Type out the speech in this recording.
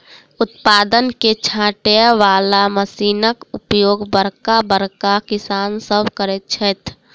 उत्पाद के छाँटय बला मशीनक उपयोग बड़का बड़का किसान सभ करैत छथि